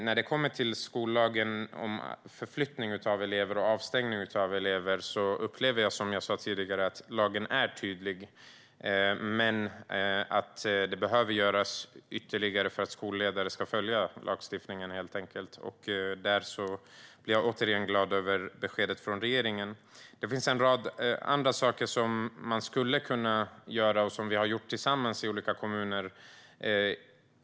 När det kommer till skollagen upplever jag - som jag sa tidigare - att lagen är tydlig när det gäller förflyttning och avstängning av elever, men det behöver göras ytterligare för att skolledare ska följa lagstiftningen. Där är jag återigen glad över beskedet från regeringen. Det finns en rad andra saker som man skulle kunna göra och som man har gjort tillsammans i olika kommuner.